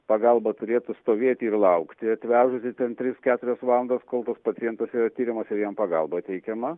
pagalba turėtų stovėti ir laukti atvežusi ten tris keturias valandas kol tas pacientas tiriamas ir jam pagalba teikiama